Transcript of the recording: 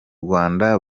rwanda